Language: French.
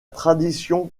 tradition